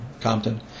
Compton